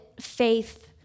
faith